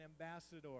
ambassador